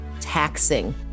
taxing